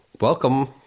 welcome